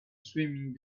swimming